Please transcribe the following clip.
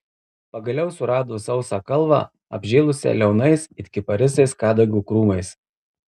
pagaliau surado sausą kalvą apžėlusią liaunais it kiparisas kadagio krūmais